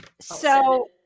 So-